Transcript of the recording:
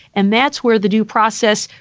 and that's where the due process.